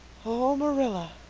oh marilla,